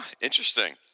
Interesting